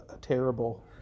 terrible